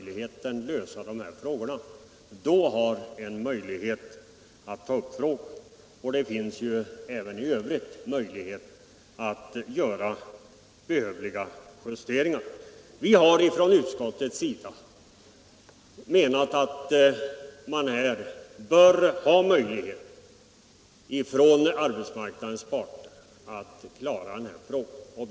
Lyckas inte det så kan vi ta upp frågan på nytt, och det finns ju även i övrigt möjlighet att göra behövliga justeringar. Utskottet tycker alltså att arbetsmarknadens parter bör få tillfälle att klara upp den här frågan.